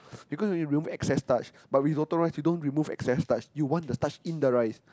because when we remove excess starch but Rizotto rice we don't remove excess starch you want the starch in the rice